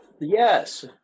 yes